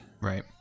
right